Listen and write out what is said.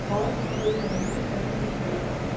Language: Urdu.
اور آپ یہ بتا دیجیے پیمنٹ کتنی دینی ہے آپ کو